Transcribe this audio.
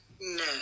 No